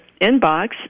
inbox